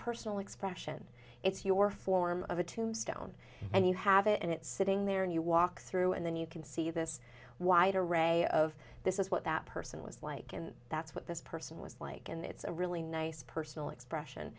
personal expression it's your form of a tombstone and you have it and it's sitting there and you walk through and then you can see this wide array of this is what that person was like and that's what this person was like and it's a really nice personal expression